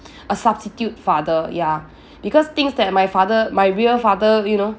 a substitute father ya because things that my father my real father you know